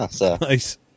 Nice